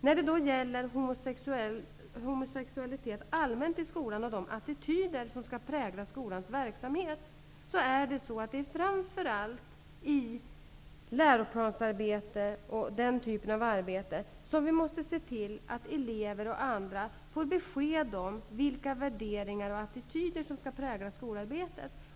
När det gäller homosexualitet i allmänhet i skolan och de attityder som skall prägla skolans verksamhet är det framför allt i läroplansarbetet som vi måste se till att elever och andra får besked om vilka värderingar och attityder som skall prägla skolarbetet.